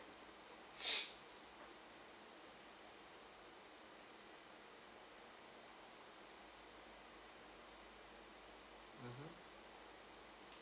mmhmm